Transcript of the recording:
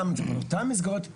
לא זאת היתה כוונת המשורר,